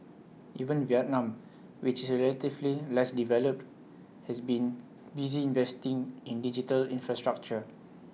even Vietnam which is relatively less developed has been busy investing in digital infrastructure